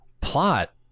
plot